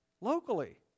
locally